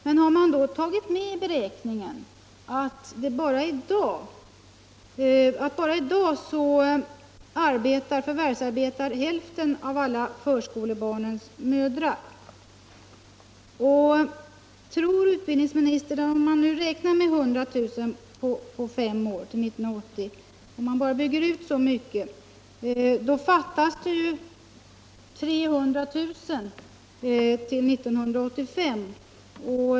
Men har man då tagit med i beräkningen att bara i dag hälften av alla förskolebarns mödrar förvärvsarbetar? Herr socialminister, om man nu räknar med 100 000 platser på fem år och bara bygger ut så mycket fattas det 300 000 platser år 1985.